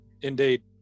Indeed